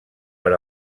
per